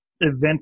event